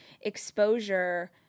exposure